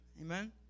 Amen